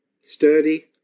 sturdy